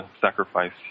sacrifice